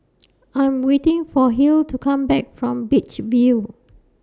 I'm waiting For Hill to Come Back from Beach View